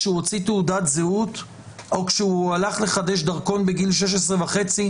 כשהוא הוציא תעודת זהות או כשהוא הלך לחדש דרכון בגיל 16.5,